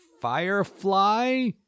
Firefly